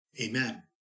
Amen